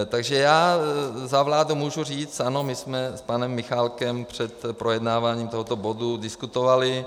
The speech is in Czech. Takže já za vládu můžu říct ano, my jsme s panem Michálkem před projednáváním tohoto bodu diskutovali.